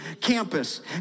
campus